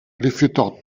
rifiutò